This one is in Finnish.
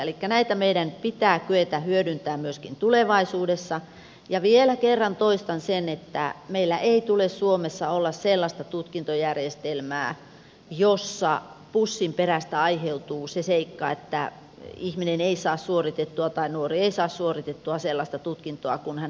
elikkä näitä meidän pitää kyetä hyödyntämään myöskin tulevaisuudessa ja vielä kerran toistan sen että meillä ei tule suomessa olla sellaista tutkintojärjestelmää jossa pussinperästä aiheutuu se seikka että ihminen ei saa suoritettua tai nuori ei saa suoritettua sellaista tutkintoa kuin hän haluaisi